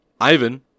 Ivan